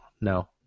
no